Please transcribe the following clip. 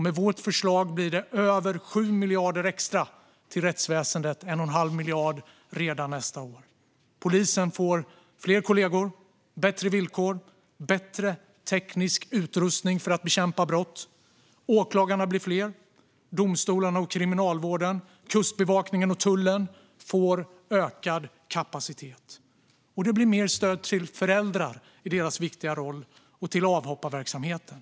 Med vårt förslag blir det över 7 miljarder extra till rättsväsendet, varav 1 1⁄2 miljard redan nästa år. Polisen får fler kollegor, bättre villkor och bättre teknisk utrustning för att bekämpa brott. Åklagarna blir fler. Domstolarna, Kriminalvården, Kustbevakningen och tullen får ökad kapacitet. Det blir även mer stöd till föräldrar i deras viktiga roll samt till avhopparverksamheten.